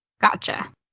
Gotcha